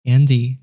Andy